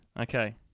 Okay